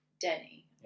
Denny